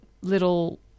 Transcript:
little